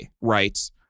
right